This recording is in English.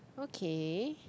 okay